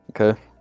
okay